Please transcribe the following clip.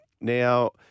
Now